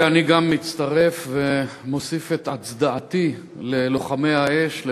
גם אני מצטרף ומוסיף את הצדעתי ללוחמי האש,